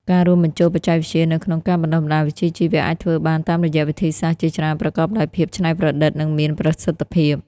ការរួមបញ្ចូលបច្ចេកវិទ្យានៅក្នុងការបណ្តុះបណ្តាលវិជ្ជាជីវៈអាចធ្វើបានតាមរយៈវិធីសាស្ត្រជាច្រើនប្រកបដោយភាពច្នៃប្រឌិតនិងមានប្រសិទ្ធភាព។